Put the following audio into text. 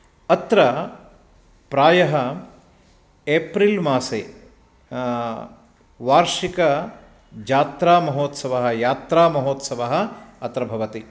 अत्र प्रायः एप्रिल् मासे वार्षिकयात्रामहोत्रसवः यात्रामहोत्सवः अत्र भवति